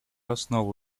основой